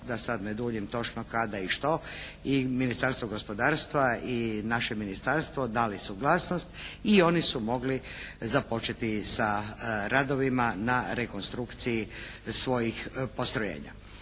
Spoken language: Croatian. da sada ne duljim točno kada i što Ministarstvo gospodarstva i naše ministarstvo dali suglasnost i oni su mogli započeti sa radovima na rekonstrukciji svojih postrojenja.